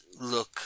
look